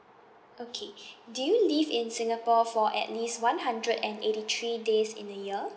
okay do you live in singapore for at least one hundred and eighty three days in a year